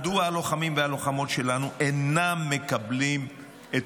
מדוע הלוחמים והלוחמות שלנו אינם מקבלים את